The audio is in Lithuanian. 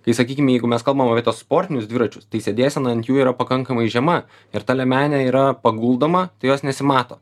kai sakykim jeigu mes kalbam apie tuos sportinius dviračius tai sėdėsena ant jų yra pakankamai žema ir ta liemenė yra paguldoma tai jos nesimato